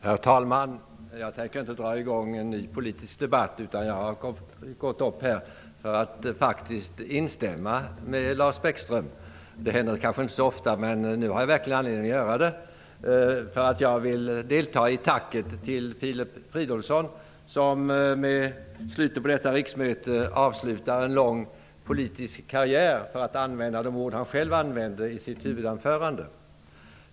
Herr talman! Jag skall inte dra i gång en ny politisk debatt, utan jag har faktiskt begärt ordet för att instämma med Lars Bäckström. Det händer kanske inte så ofta, men nu har jag verkligen anledning att göra det. Jag vill delta i tacket till Filip Fridolfsson, som med utgången av detta riksmöte avslutar en lång politisk karriär, för att bruka de ord han själv använde i sitt huvudanförande.